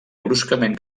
bruscament